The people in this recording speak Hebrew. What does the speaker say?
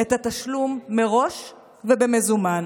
את התשלום מראש ובמזומן,